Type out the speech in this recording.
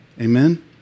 Amen